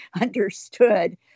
understood